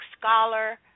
scholar